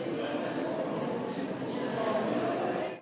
Hvala